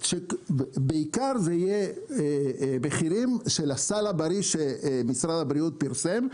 בעיקר זה יהיה מחירים של הסל הבריא שמשרד הבריאות פרסם.